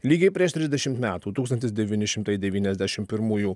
lygiai prieš trisdešimt metų tūkstantis devyni šimtai devyniasdešimt pirmųjų